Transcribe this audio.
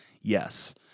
yes